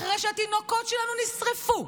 אחרי שהתינוקות שלנו נשרפו,